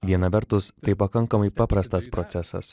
viena vertus tai pakankamai paprastas procesas